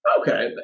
Okay